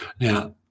Now